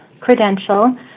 credential